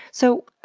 so,